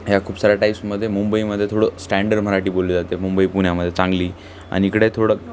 या खूप साऱ्या टाईप्समध्ये मुंबईमध्ये थोडं स्टँडड मराठी बोलली जाते मुंबई पुण्यामध्ये चांगली अन इकडे थोडं